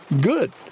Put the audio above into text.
Good